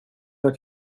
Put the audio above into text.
jag